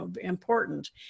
important